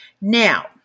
Now